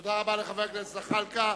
תודה רבה לחבר הכנסת זחאלקה.